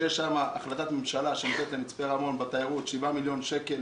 שיש שם החלטת ממשלה שנותנת למצפה רמון בתיירות 7 מיליון שקל,